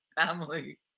family